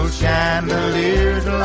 chandeliers